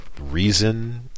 reason